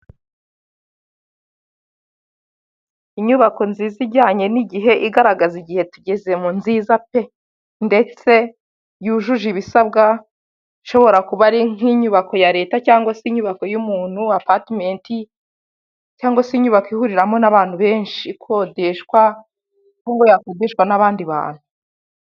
Inyubako nziza ijyanye n'igihe igaragaza igihe tugezemo nziza pe! Ndetse yujuje ibisabwa, ishobora kuba ari nk'inyubako ya Leta cyangwa se inyubako y'umuntu, Apatimenti, cyangwa se inyubako ihuriramo n'abantu benshi. Ikodeshwa nubwo yakodeshwa n'abandi bantu.